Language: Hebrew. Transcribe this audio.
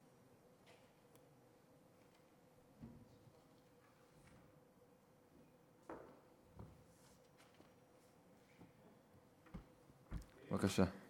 בבקשה.